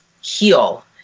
heal